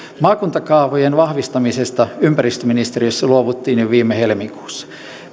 maakuntakaavojen vahvistamisesta ympäristöministeriössä luovuttiin jo viime helmikuussa